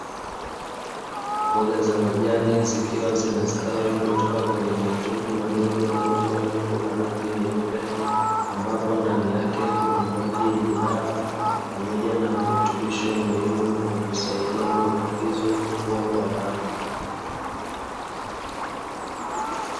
Mboga za majani zikiwa zinastawi kutoka kwenye matundu madogo ya bomba refu la rangi nyeupe, ambapo ndani yake kuna maji yenye dawa pamoja na virutubisho muhimu vinavyosaidia mboga hizo kukua kwa haraka.